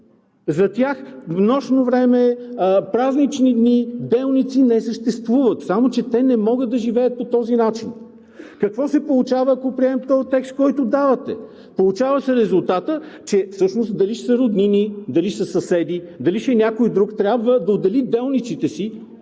За тях нощно време, празнични дни, делници не съществуват, само че те не могат да живеят по този начин. Какво се получава, ако приемем този текст, който давате? Получава се резултатът, че всъщност дали ще са роднини, дали ще са съседи, дали ще е някой друг, трябва да отдели делниците си,